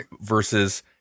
versus